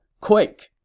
quick